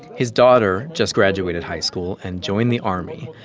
his daughter just graduated high school and joined the army.